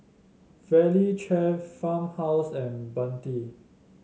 Valley Chef Farmhouse and Bentley